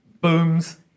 booms